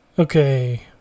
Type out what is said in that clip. Okay